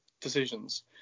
decisions